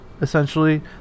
essentially